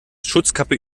schutzkappe